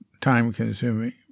time-consuming